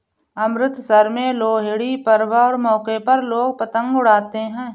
अमृतसर में लोहड़ी पर्व के मौके पर लोग पतंग उड़ाते है